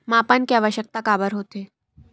मापन के आवश्कता काबर होथे?